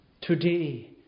Today